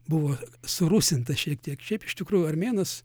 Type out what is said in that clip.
buvo surusinta šiek tiek šiaip iš tikrųjų armėnas